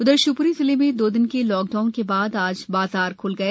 उधरशिवप्री जिले में दो दिन के लॉक डाउन के बाद आज बाजार ख्ल गए